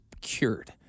cured